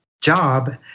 job